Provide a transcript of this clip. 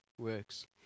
works